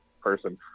person